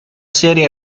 serie